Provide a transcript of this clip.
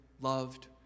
loved